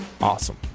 Awesome